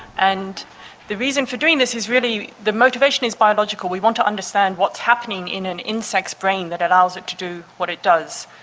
and the reason for doing this is really, the motivation is biological, we want to understand what's happening in an insect's brain that allows it to do what it does.